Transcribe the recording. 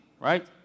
right